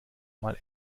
mal